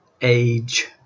age